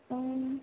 ও